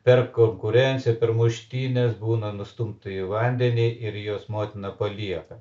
per konkurenciją per muštynes būna nustumta į vandenį ir juos motina palieka